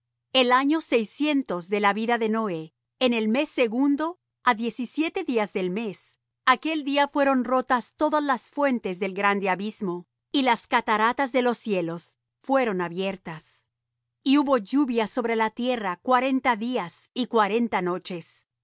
el año seiscientos de la vida de noé en el mes segundo á diecisiete días del mes aquel día fueron rotas todas las fuentes del grande abismo y las cataratas de los cielos fueron abiertas y hubo lluvia sobre la tierra cuarenta días y cuarenta noches